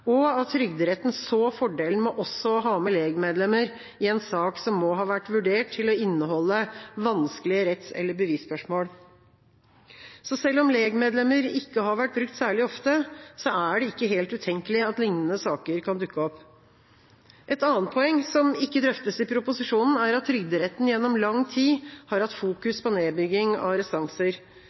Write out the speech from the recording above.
og at Trygderetten så fordelen med også å ha med legmedlemmer i en sak som må ha vært vurdert til å inneholde «vanskelige retts- eller bevisspørsmål». Så selv om legmedlemmer ikke har vært brukt særlig ofte, er det ikke helt utenkelig at lignende saker kan dukke opp. Et annet poeng, som ikke drøftes i proposisjonen, er at Trygderetten gjennom lang tid har hatt fokus på nedbygging av restanser.